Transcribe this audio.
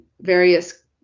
various